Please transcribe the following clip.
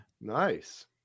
Nice